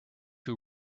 who